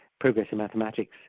progress in mathematics,